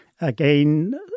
Again